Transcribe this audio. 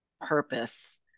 purpose